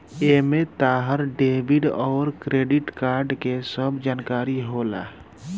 एमे तहार डेबिट अउर क्रेडित कार्ड के सब जानकारी होला